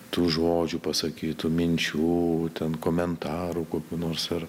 tų žodžių pasakytų minčių ten komentarų kokių nors ar